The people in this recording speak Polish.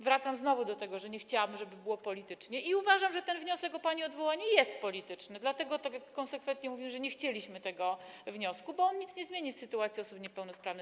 Wracam znowu do tego, że nie chciałabym, aby było politycznie, i uważam, że wniosek o pani odwołanie jest polityczny, dlatego tak konsekwentnie mówię, że nie chcieliśmy tego wniosku, bo on nic nie zmieni w sytuacji osób niepełnosprawnych.